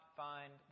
find